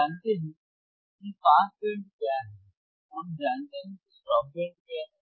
हम जानते हैं कि पास बैंड क्या है हम जानते हैं कि स्टॉप बैंड क्या है